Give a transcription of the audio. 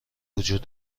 وجود